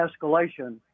escalation